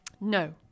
No